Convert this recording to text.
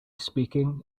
speaking